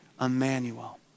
Emmanuel